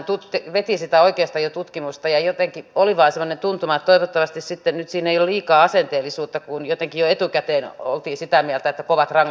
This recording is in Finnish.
hän veti sitä oikeustajututkimusta ja jotenkin oli vain semmoinen tuntuma että toivottavasti sitten nyt siinä ei ole liikaa asenteellisuutta kun jotenkin jo etukäteen oltiin sitä mieltä että kovat rangaistukset eivät auta